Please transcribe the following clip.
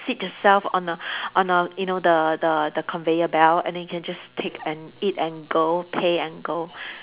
sit yourself on a on a you know the the the conveyor belt and then you can just take and eat and go pay and go